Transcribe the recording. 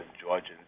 Georgians